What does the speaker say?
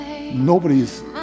Nobody's